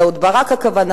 אהוד ברק הכוונה,